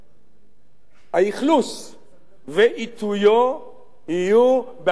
שהאכלוס ועיתויו יהיו בהחלטת הממשלה.